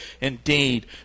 indeed